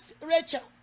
Rachel